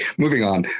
moving on.